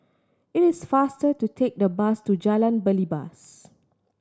it is faster to take the bus to Jalan Belibas